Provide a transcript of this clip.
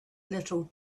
little